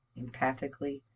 empathically